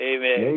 Amen